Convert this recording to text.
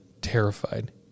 terrified